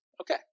Okay